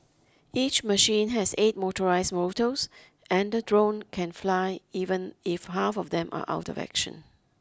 each machine has eight motorised motors and the drone can fly even if half of them are out of action